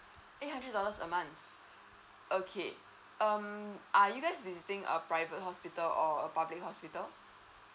eight hundred dollars a month okay um are you guys visiting a private hospital or a public hospital